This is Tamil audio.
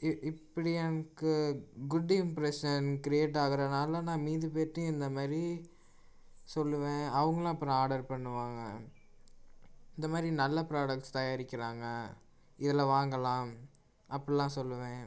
இ இப்படி எனக்கு குட் இம்ப்ரஸ்ன் கிரியேட் ஆகிறதுனால நான் மிதி பேர்டையும் இந்தமாரி சொல்லுவேன் அவங்களும் அப்புறம் ஆர்டர் பண்ணுவாங்கள் இந்தமாதிரி நல்ல ப்ரொடெக்ட்ஸ் தயாரிக்கிறாங்க இதில் வாங்கலாம் அப்படிலான் சொல்லுவே